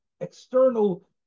external